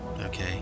okay